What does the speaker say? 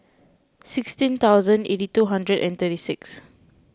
sixteen thousand eighty two hundred and thirty six